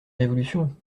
révolutions